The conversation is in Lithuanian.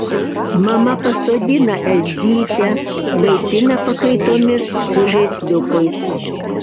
mama pasodina elzytę maitina pakaitomis su žaisliukais